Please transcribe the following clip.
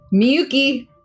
Miyuki